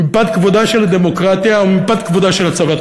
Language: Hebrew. מפאת כבודה של הדמוקרטיה, ומפאת כבודו של הצבא.